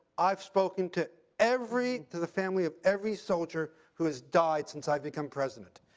i've spoken to every to the family of every soldier who has died since i've become president.